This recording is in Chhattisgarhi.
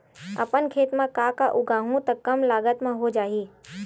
अपन खेत म का का उगांहु त कम लागत म हो जाही?